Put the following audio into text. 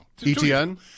ETN